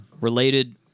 Related